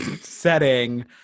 setting